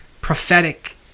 prophetic